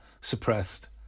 suppressed